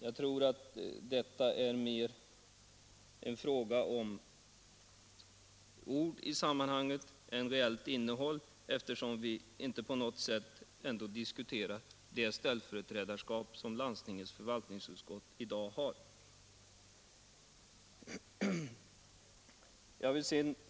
Jag tror att det här mer rör sig om ord än om realiteter, eftersom vi inte på något sätt diskuterat det ställföreträdarskap som landstingets förvaltningsutskott har i dag.